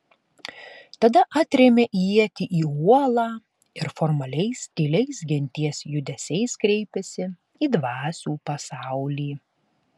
tada atrėmė ietį į uolą ir formaliais tyliais genties judesiais kreipėsi į dvasių pasaulį